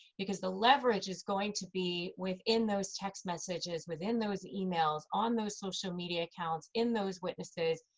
because the leverage is going to be within those text messages, within those emails, on those social media accounts, in those witnesses.